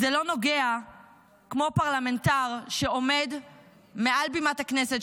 זה לא נוגע כמו פרלמנטר שעומד מעל בימת הכנסת,